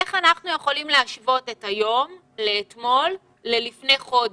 איך אנחנו יכולים להשוות את היום לאתמול ללפני חודש?